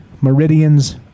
meridians